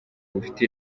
bifite